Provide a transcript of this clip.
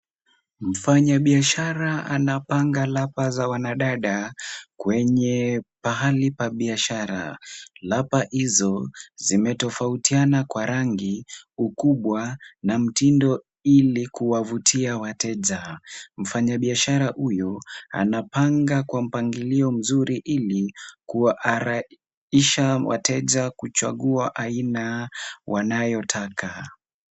Mfanyabiashara anapanga lapa za wanadada kwenye pahali pa biashara. Lapa hizo vimetofautiana kwa rangi, ukubwa, na mtindo ili kuwavutia wateja. Mfanyabiashara huyo anapanga kwa mpangilio mzuri ili kuwarahisha wateja kuchagua aina wanayotaka.